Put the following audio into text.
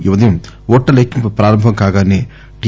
ఈ ఉదయం ఓట్ల లెక్కింపు ప్రారంభం కాగానే టి